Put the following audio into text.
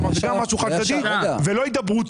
זה משהו חד צדדי, זה לא הידברותי.